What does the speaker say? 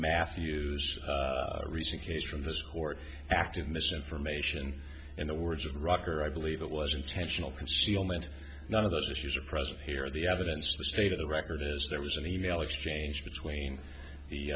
matthew's recent case from this court acted misinformation in the words of rocker i believe it was intentional concealment none of those issues are present here of the evidence the state of the record is there was an e mail exchange between the